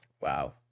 wow